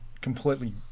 completely